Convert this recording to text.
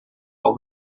all